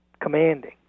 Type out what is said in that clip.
commanding